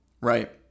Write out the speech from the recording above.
right